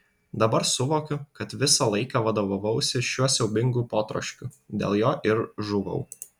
dabar suvokiu kad visą laiką vadovavausi šiuo siaubingu potroškiu dėl jo ir žuvau